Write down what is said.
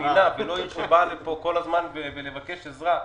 פנינה ולא עיר שבאה לכאן כל הזמן בבקשת עזרה.